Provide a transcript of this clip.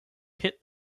hit